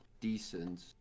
decent